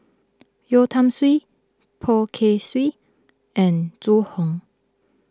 Yeo Tiam Siew Poh Kay Swee and Zhu Hong